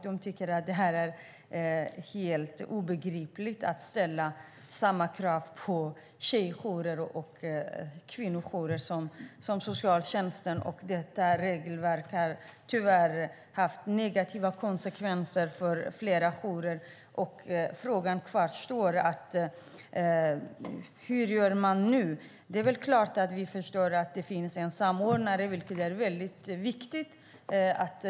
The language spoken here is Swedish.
De tycker att det är helt obegripligt att ställa samma krav på tjejjourer och kvinnojourer som på socialtjänsten, och detta regelverk har tyvärr haft negativa konsekvenser för flera jourer. Därför kvarstår frågan: Hur gör man nu? Det är klart att vi förstår att det finns en samordnare, vilket är väldigt viktigt.